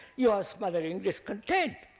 you are smothering discontent.